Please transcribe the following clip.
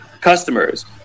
customers